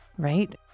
Right